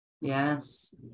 Yes